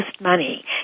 money